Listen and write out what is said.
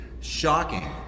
shocking